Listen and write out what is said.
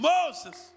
Moses